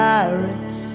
Paris